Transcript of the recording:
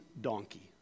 donkey